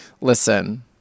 Listen